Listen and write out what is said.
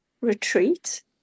retreat